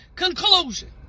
conclusion